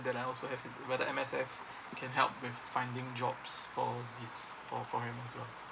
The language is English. that I also have whether M_S_F can help with finding jobs for his for for him as well